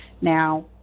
Now